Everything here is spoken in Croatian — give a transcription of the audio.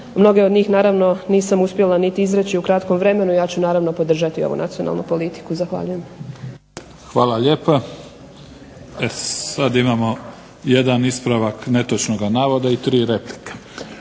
mnoge od njih nisam uspjela niti izreći u kratkom vremenu, ja ću naravno podržati ovu nacionalnu politiku. Zahvaljujem. **Mimica, Neven (SDP)** Hvala lijepa. Sad imamo jedan ispravak netočnoga navoda i 3 replike.